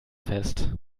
fest